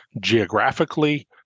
geographically